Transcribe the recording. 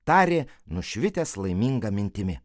tarė nušvitęs laiminga mintimi